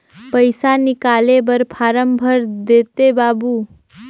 पइसा निकाले बर फारम भर देते बाबु?